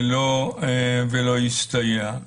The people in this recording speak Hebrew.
ולא הסתייע.